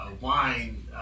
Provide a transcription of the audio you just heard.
wine